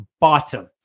bottom